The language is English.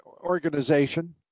organization